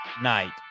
night